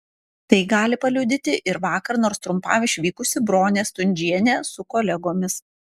tai gali paliudyti ir vakar nors trumpam išvykusi bronė stundžienė su kolegomis